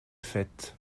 faites